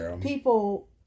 People